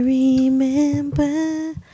remember